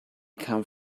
come